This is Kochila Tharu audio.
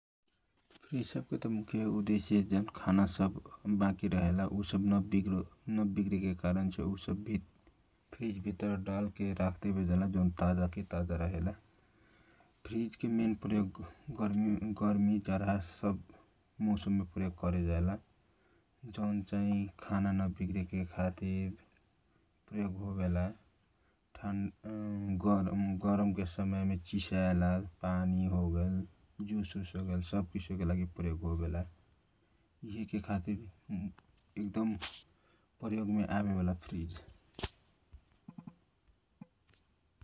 फ्रीज सब के मुख्य उदेशय खाना सब बाकी रहेला तौन खाना नविर्गे के खातीर उसब फ्रीज भितर डालके ताजा की ताजा रहेला फ्रीज के मेन प्रयोग गर्मी जारहा सब मौसम में प्रयोग होयल जाला गरम समय पानी से लेकर सब किछो चिसभावे ला सब किसो के लागी प्रयोग हो वेला यिहे के खातीर प्रयोग में आवेला फ्रीज ।